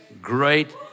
great